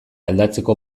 aldatzeko